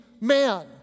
man